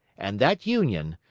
and that union,